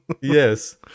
Yes